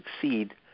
succeed